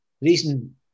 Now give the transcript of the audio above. Reason